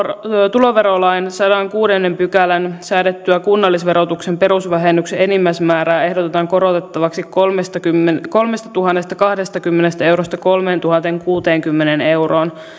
tuloverolain sadannessakuudennessa pykälässä säädettyä kunnallisverotuksen perusvähennyksen enimmäismäärää ehdotetaan korotettavaksi kolmestatuhannestakahdestakymmenestä eurosta kolmeentuhanteenkuuteenkymmeneen euroon